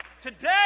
Today